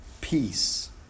Peace